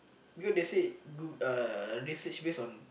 because they say go uh they search based on